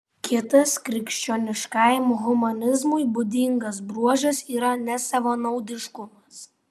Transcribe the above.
kitas krikščioniškajam humanizmui būdingas bruožas yra nesavanaudiškumas